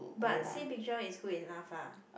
but see picture is good enough ah